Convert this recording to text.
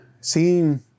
seeing